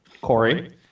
Corey